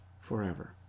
forever